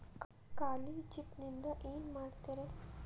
ಖಾಲಿ ಚೆಕ್ ನಿಂದ ಏನ ಮಾಡ್ತಿರೇ?